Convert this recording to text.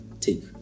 take